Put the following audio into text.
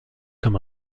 comme